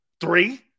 Three